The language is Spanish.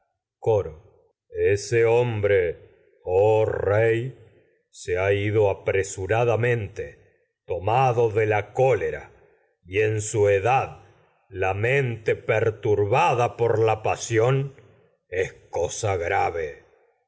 coro ese hombre se su ha ido apresurada mente tomado de la cólera por edad la mente per turbada la pasióh es cosa grave